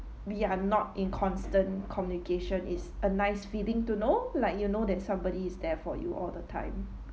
we are not in constant communication is a nice feeling to know like you know that somebody is there for you all the time